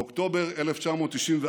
באוקטובר 1994,